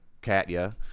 Katya